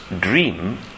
dream